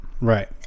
Right